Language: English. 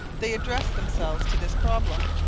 they addressed themselves to this problem.